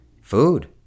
food